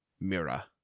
Mira